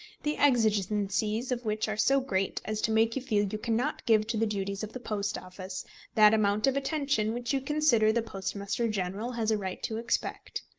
the exigencies of which are so great as to make you feel you cannot give to the duties of the post office that amount of attention which you consider the postmaster-general has a right to expect.